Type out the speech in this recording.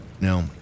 Now